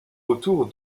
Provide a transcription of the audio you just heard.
autour